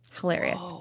Hilarious